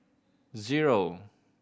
zero